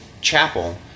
chapel